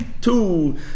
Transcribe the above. Two